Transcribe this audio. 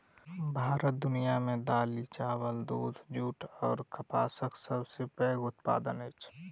भारत दुनिया मे दालि, चाबल, दूध, जूट अऔर कपासक सबसे पैघ उत्पादक अछि